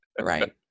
right